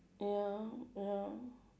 ya ya